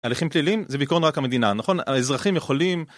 תהליכים פליליים זה בעיקרון רק המדינה, נכון? האזרחים יכולים...